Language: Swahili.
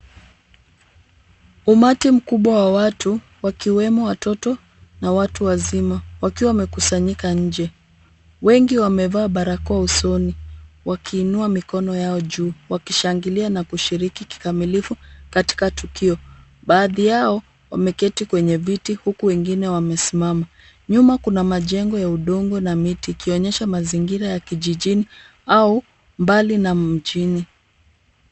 Umati mkubwa wa watu wakiwemo watoto na watu wazima, wakiwa wamekusanyika nje, wengi wamevaa barakoa usoni wakiinua mikono yao juu wakishangilia na kushiriki kikamilifu katika tukio, baadhi yao wameketi kwenye viti huku wengine wamesimama. Nyuma kuna majengo ya udongo na miti ikionyesha mazingira ya kijijini au mbali na mjini.